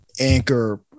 Anchor